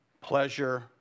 pleasure